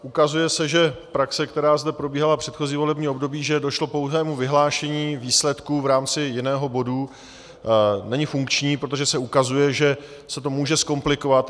Ukazuje se, že praxe, která zde probíhala v předchozím volebním období, že došlo k pouhému vyhlášení výsledků v rámci jiného bodu, není funkční, protože se ukazuje, že se to může zkomplikovat.